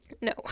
no